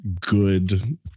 good